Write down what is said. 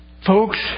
Folks